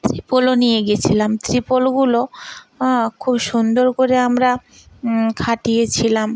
ত্রিপলও নিয়ে গেছিলাম ত্রিপলগুলো খুব সুন্দর করে আমরা খাটিয়েছিলাম